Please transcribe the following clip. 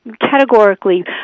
categorically